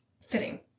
fitting